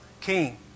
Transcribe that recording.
king